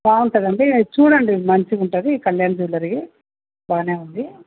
బాగుంటుంది అంటే చూడండి మంచిగా ఉంటుంది కళ్యాణ్ జువెలరీ బాగా ఉంది